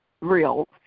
real